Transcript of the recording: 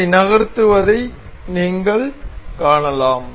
இதை நகர்த்துவதை நீங்கள் காணலாம்